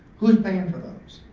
who's paying for those?